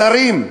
שרים,